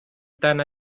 than